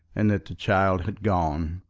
and that the child had gone.